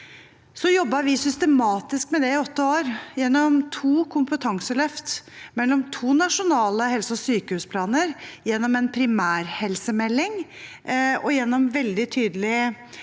Så jobbet vi systematisk med det i åtte år gjennom to kompetanseløft, mellom to nasjonale helse- og sykehusplaner, gjennom en primærhelsemelding og gjennom veldig tydelig